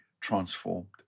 transformed